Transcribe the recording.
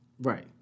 Right